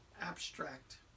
abstract